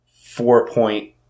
four-point